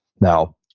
Now